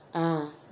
ah